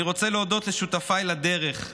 אני רוצה להודות לשותפיי לדרך: